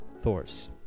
Thors